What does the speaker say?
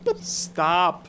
Stop